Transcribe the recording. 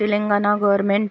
Telangana government